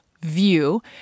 view